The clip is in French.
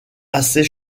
assez